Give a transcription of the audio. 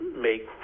make